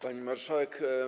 Pani Marszałek!